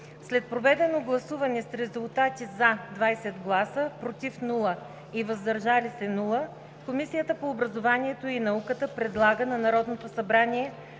След проведено гласуване с резултати: „за“ – 20 гласа, без „против“ и „въздържали се“, Комисията по образованието и науката предлага на Народното събрание